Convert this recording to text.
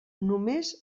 només